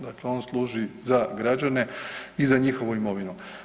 Dakle, on služi za građane i za njihovu imovinu.